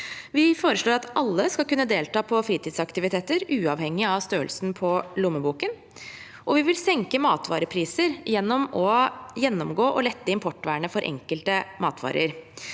vi foreslår at alle skal kunne delta på fritidsaktiviteter, uavhengig av størrelsen på lommeboken, og vi vil senke matvarepriser gjennom å gjennomgå og lette importvernet for enkelte matvarer.